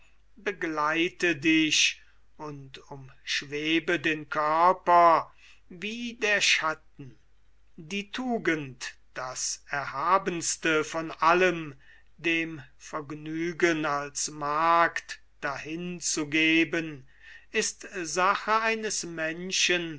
begleite dich und umschwebe den körper wie der schatten die tugend das erhabenste von allem dem vergnügen als magd dahinzugeben ist sache eines menschen